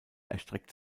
erstreckt